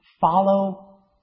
follow